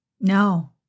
No